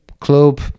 club